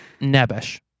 Nebish